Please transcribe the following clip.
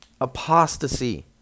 apostasy